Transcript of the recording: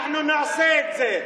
אנחנו נעשה את זה.